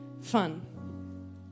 fun